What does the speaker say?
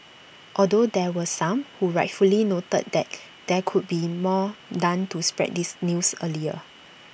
although there were some who rightfully noted that there could be more done to spread this news earlier